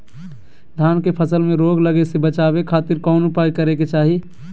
धान के फसल में रोग लगे से बचावे खातिर कौन उपाय करे के चाही?